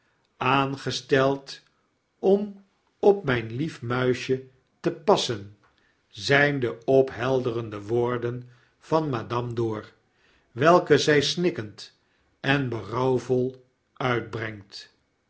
aangesteld om op myn lief muisje te passen zijn de ophelderende woorden van madame dor welke zy snikkend en berouwvol uitbrengt